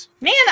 man